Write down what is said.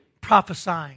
prophesying